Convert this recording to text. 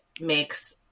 makes